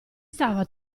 stava